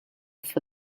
for